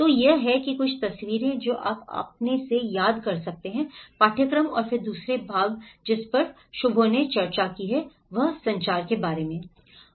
तो यह है कि कुछ तस्वीरें जो आप अपने से याद कर सकते हैं पाठ्यक्रम और फिर दूसरा भाग जिस पर शुभो ने चर्चा की है वह संचार के बारे में है